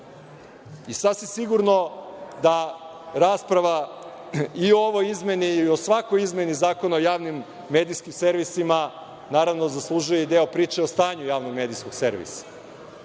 sigurno da rasprava i o ovoj izmeni i o svakoj izmeni Zakona o javnim medijskim servisima, naravno, zaslužuje i deo priče o stanju Javnog medijskog servisa,